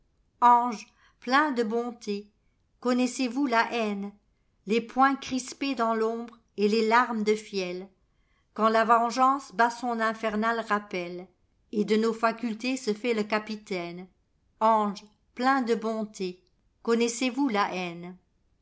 ange plein de bonté connaissez-vous la haine les poings crispés dans l'ombre et des larmes de fiel quand la vengeance bat son infernal rappel et de nos facultés se fait le capitaine ange plein de bonté connaissez-vous la haine